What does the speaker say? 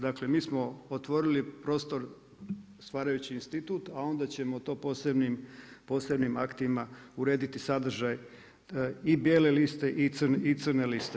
Dakle, mi smo otvorili prostor stvarajući institut, a onda ćemo to posebnim aktima urediti sadržaj i bijele liste i crne liste.